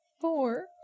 Four